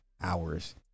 hours